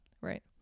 right